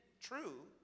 true